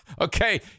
Okay